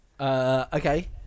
Okay